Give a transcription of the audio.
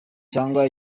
cyangwa